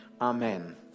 amen